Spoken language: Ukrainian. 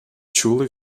чули